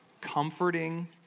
comforting